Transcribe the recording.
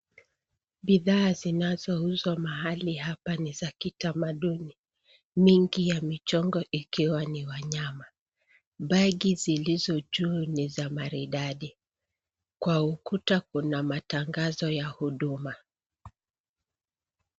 Bidhaa zinazouzwa mahali hapa ni za kitamaduni. Mengi yamechongwa ikiwa ni wanyama. Bagi zilizo juu ni za maridadi. Kwa ukuta kuna matangazo ya huduma.